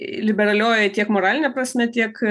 liberalioj tiek moraline prasme tiek